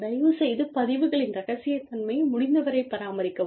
தயவுசெய்து பதிவுகளின் இரகசியத்தன்மையை முடிந்தவரைப் பராமரிக்கவும்